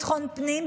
ביטחון פנים,